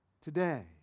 today